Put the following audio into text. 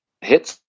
hits